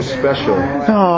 special